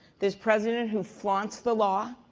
this president who flaunts the law,